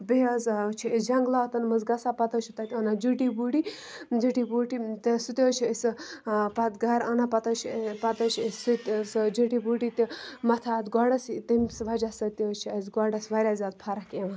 بیٚیہِ حظ چھِ أسۍ جنٛگلاتَن منٛز گَژھان پَتہٕ حظ چھِ تَتہِ اَنان جٔٹی بوٗٹی جٔٹی بوٗٹی تہٕ سُہ تہِ حظ چھِ أسۍ پَتہٕ گَرٕ اَنان پَتہٕ حظ چھِ پَتہٕ حظ چھِ أسۍ سُہ تہِ سُہ جٔٹی بوٗٹی تہِ مَتھان اَتھ گۄڈَس یہِ تٔمِس وَجہ سۭتۍ تہِ حظ چھِ اَسہِ گۄڈَس واریاہ زیادٕ فرق یِوان